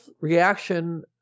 reaction